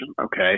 okay